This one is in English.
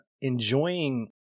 enjoying